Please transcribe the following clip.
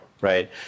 right